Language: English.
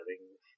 settings